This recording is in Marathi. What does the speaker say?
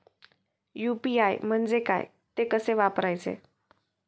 यु.पी.आय म्हणजे काय, ते कसे वापरायचे?